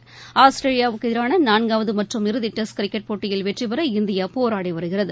ஆஸ்திரேலியாவுக்கு எதிரான நான்காவது மற்றும் இறுதி டெஸ்ட் கிரிக்கெட் போட்டியில் வெற்றிபெற இந்தியா போராடி வருகிறது